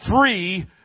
Free